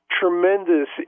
tremendous